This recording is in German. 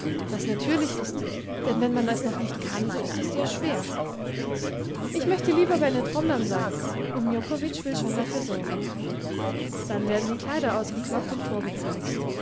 was natürlich ist denn wenn man es noch nicht kann so ist es sehr schwer ich möchte lieber bei den tromlern sein und miokovitsch will schon dafür sorgen dann werden die kleider ausgekloppt und vorgezeigt